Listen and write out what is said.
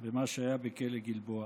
מה שהיה בכלא גלבוע.